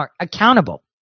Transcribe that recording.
accountable